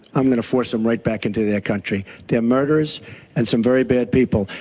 i'm going to force them right back into their country. they are murderers and some very bad people.